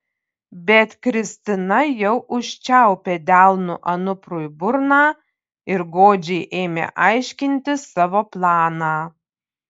bet kristina jau užčiaupė delnu anuprui burną ir godžiai ėmė aiškinti savo planą